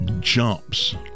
jumps